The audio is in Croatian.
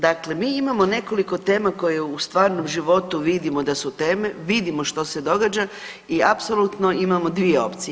Dakle, mi imamo nekoliko tema koje u stvarnom životu vidimo da su teme, vidimo što se događa i apsolutno imamo dvije opcije.